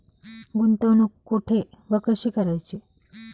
गुंतवणूक कुठे व कशी करायची?